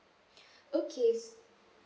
okay